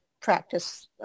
practice